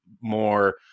more